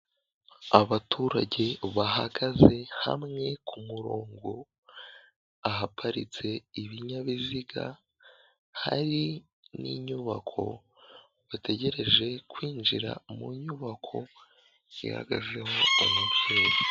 Abaturage bahagaze hamwe ku murongo, ahaparitse ibinyabiziga, hari n'inyubako, bategereje kwinjira mu nyubako ihagazeho ababyeyi.